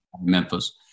Memphis